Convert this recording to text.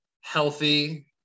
healthy